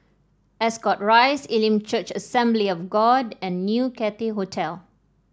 Ascot Rise Elim Church Assembly of God and New Cathay Hotel